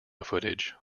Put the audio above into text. footage